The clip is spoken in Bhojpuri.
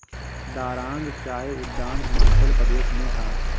दारांग चाय उद्यान हिमाचल प्रदेश में हअ